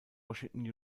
washington